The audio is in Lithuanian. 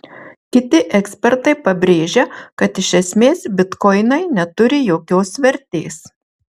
kiti ekspertai pabrėžia kad iš esmės bitkoinai neturi jokios vertės